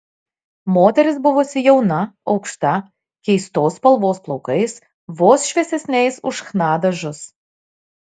moteris buvusi jauna aukšta keistos spalvos plaukais vos šviesesniais už chna dažus